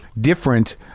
different